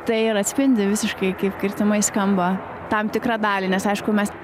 tai ir atspindi visiškai kaip kirtimai skamba tam tikrą dalį nes aišku mes